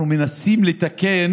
אנחנו מנסים לתקן